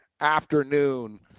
afternoon